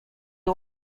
york